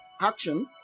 action